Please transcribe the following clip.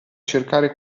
cercare